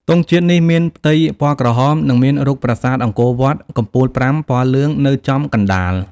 ទង់ជាតិនេះមានផ្ទៃពណ៌ក្រហម និងមានរូបប្រាសាទអង្គរវត្តកំពូល ៥ ពណ៌លឿង នៅចំកណ្តាល។